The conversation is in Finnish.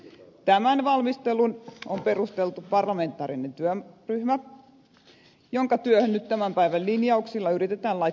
tämän valmisteluun on perustettu parlamentaarinen työryhmä jonka työhön nyt tämän päivän linjauksilla yritetään laittaa raameja